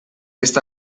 está